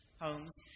Homes